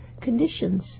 conditions